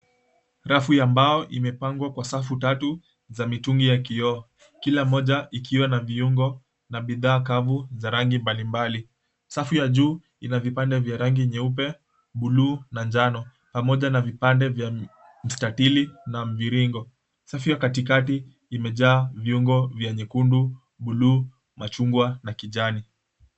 Rafu ya mbao imepangwa kwa safu tatu za mitumi ya kioo kila moja ikiwa na viungo na bidhaa kavu za rangi mbali mbali. Safu ya juu ina vipande ya rangi nyeupe, buluu na njano pamoja na vipande vya mstatili na mviringo. Safu ya katikati imejaa viungo vya nyekundu, buluu, machungwa na kijani.